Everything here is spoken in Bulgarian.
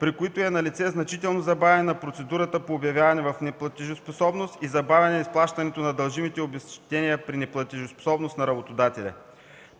при които е налице значително забавяне на процедурата по обявяване в неплатежоспособност и забавяне изплащането на дължимите обезщетения при неплатежоспособност на работодателя.